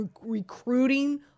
recruiting